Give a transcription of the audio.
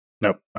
Nope